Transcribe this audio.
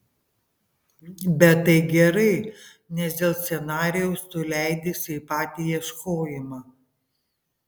bet tai gerai nes dėl scenarijaus tu leidiesi į patį ieškojimą